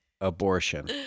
abortion